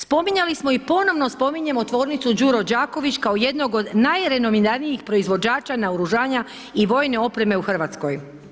Spominjali smo i ponovno spominjemo tvornicu Đuro Đaković kao jednog od najrenomiranijih proizvođača naoružanja i vojne opreme u Hrvatskoj.